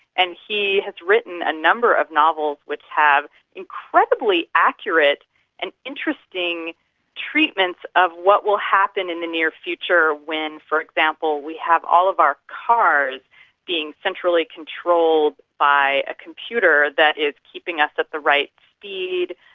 and he has written a number of novels which have incredibly accurate and interesting interesting treatments of what will happen in the near future when for example we have all of our cars being centrally controlled by a computer that is keeping us at the right speed,